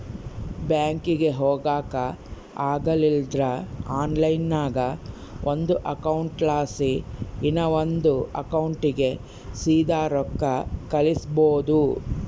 ಬ್ಯಾಂಕಿಗೆ ಹೊಗಾಕ ಆಗಲಿಲ್ದ್ರ ಆನ್ಲೈನ್ನಾಗ ಒಂದು ಅಕೌಂಟ್ಲಾಸಿ ಇನವಂದ್ ಅಕೌಂಟಿಗೆ ಸೀದಾ ರೊಕ್ಕ ಕಳಿಸ್ಬೋದು